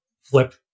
Flip